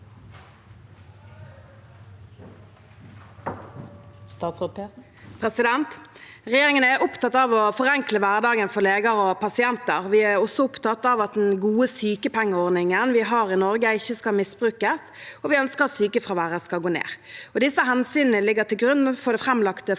Persen Regjerin- gen er opptatt av å forenkle hverdagen for leger og pasienter. Vi er også opptatt av at den gode sykepengeordningen vi har i Norge, ikke skal misbrukes, og vi ønsker at sykefraværet skal gå ned. Disse hensynene ligger til grunn for det framlagte forslaget